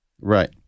Right